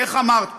איך אמרת פעם,